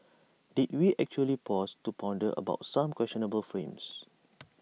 did we actually pause to ponder about some questionable frames